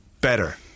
better